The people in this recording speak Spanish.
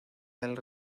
del